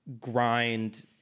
grind